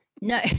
no